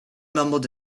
mumbled